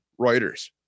Reuters